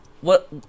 What-